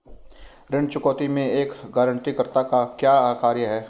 ऋण चुकौती में एक गारंटीकर्ता का क्या कार्य है?